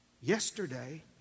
yesterday